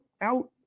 out